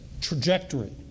trajectory